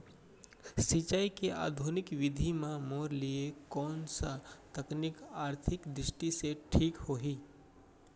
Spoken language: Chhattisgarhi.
सिंचाई के आधुनिक विधि म मोर लिए कोन स तकनीक आर्थिक दृष्टि से ठीक होही?